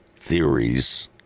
theories